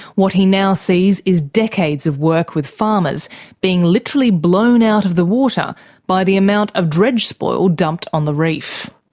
what he now sees is decades of work with farmers being literally blown out of the water by the amount of dredge spoil dumped on the reef.